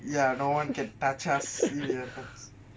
ya no one can touch us if it happens